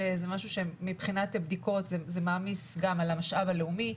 זה משהו שמבחינת הבדיקות הוא מעמיס על המשאב הלאומי,